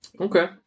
Okay